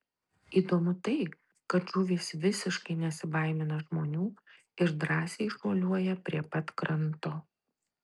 įdomu tai kad žuvys visiškai nesibaimina žmonių ir drąsiai šuoliuoja prie pat kranto